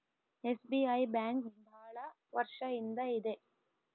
SBI bank ಭಾಳ ವರ್ಷ ಇಂದ ಇದೆ